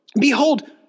Behold